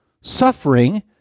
Suffering